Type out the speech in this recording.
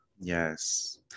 Yes